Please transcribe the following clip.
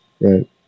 right